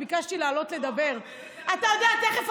אתה יודע שאין חד-הורית בנגב?